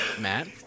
Matt